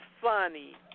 funny